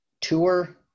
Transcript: tour